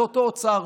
וזה אותו אוצר.